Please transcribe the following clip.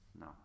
No